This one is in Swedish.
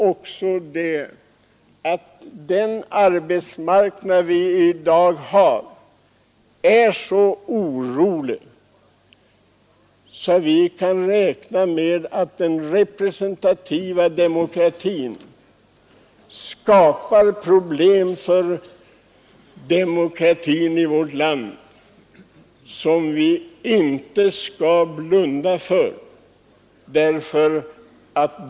Härtill kommer att dagens arbetsmarknad är så orolig att den representativa demokratin skapar problem för demokratin i vårt land, problem som vi inte skall blunda för.